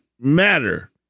matter